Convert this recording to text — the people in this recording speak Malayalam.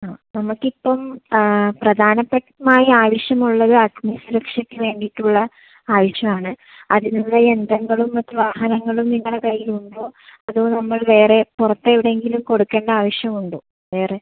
ആ നമുക്ക് ഇപ്പം പ്രധാനമായി ആവശ്യം ഉള്ളത് അഗ്നി സുരക്ഷയ്ക്ക് വേണ്ടീട്ടുള്ള ആവശ്യം ആണ് അതിന് ഉള്ള യന്ത്രങ്ങളും മറ്റ് വാഹനങ്ങളും നിങ്ങളെ കൈയ്യിൽ ഉണ്ടോ അതോ നമ്മള് വേറെ പുറത്ത് എവിടേങ്കിലും കൊടുക്കണ്ട ആവശ്യം ഉണ്ടോ വേറെ